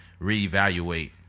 reevaluate